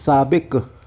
साबिकु